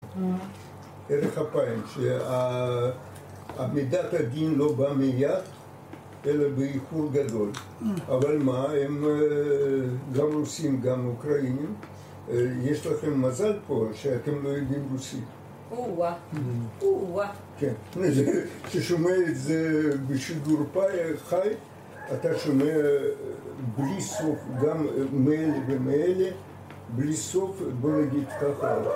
ערך הפעם, שמידת הדין לא באה מיד אלא באיחור גדול. אבל מה, הם גם רוסים, גם אוקראינים, יש לכם מזל פה שאתם לא יודעים רוסית. או אה. כששומע את זה בשידור פאי אה.. חי אתה שומע בלי סוף, גם מאלה ומאלה בלי סוף, בוא נגיד ככה